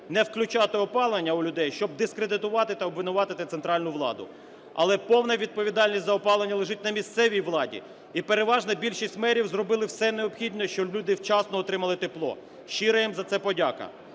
не включати опалення у людей, щоб дискредитувати та обвинуватити центральну владу. Але повна відповідальність за опалення лежить на місцевій владі, і переважна більшість мерів зробили все необхідне, щоб люди вчасно отримали тепл. Щира їм за це подяка.